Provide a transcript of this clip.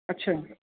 अच्छा